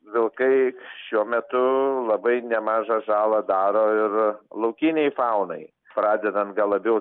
vilkai šiuo metu labai nemažą žalą daro ir laukinei faunai pradedant gal labiau